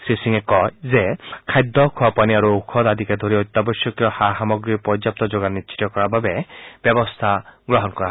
শ্ৰীসিঙে কয় যে খাদ্য খোৱাপানী আৰু ঔযধ আদিকে ধৰি অত্যাৱশ্যকীয় সা সামগ্ৰীৰ পৰ্যাপ্ত যোগান নিশ্চিত কৰাৰ বাবে ব্যৱস্থা গ্ৰহণ কৰা হৈছে